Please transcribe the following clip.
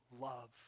love